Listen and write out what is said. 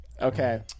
Okay